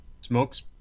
Smokes